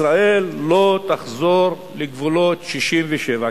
ישראל לא תחזור לגבולות 67',